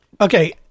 Okay